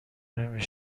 نمی